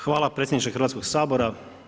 Hvala predsjedniče Hrvatskog sabora.